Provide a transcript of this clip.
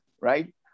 right